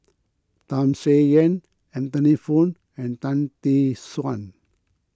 Tham Sien Yen Anthony Poon and Tan Tee Suan